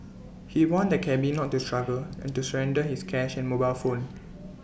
he warned the cabby not to struggle and to surrender his cash and mobile phone